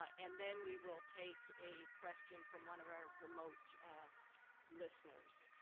ah and then we will take a question from one of our remote listeners.